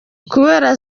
kubera